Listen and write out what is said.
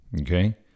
okay